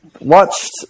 watched